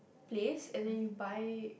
place and then you buy